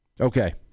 Okay